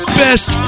best